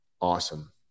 Awesome